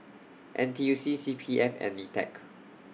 N T U C C P F and NITEC